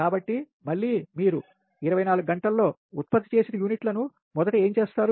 కాబట్టి మళ్ళీ మీరు 24 గంటల్లో ఉత్పత్తి చేసిన యూనిట్లను మొదట ఏమి చేస్తారు